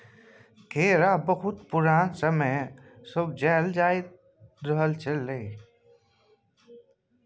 केरा बहुत पुरान समय सँ उपजाएल जाइत रहलै यै